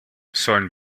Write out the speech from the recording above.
sollen